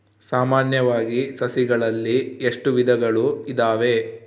ಸಾಮಾನ್ಯವಾಗಿ ಸಸಿಗಳಲ್ಲಿ ಎಷ್ಟು ವಿಧಗಳು ಇದಾವೆ?